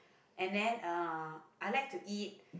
and then uh I like to eat